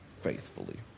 faithfully